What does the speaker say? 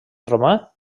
romà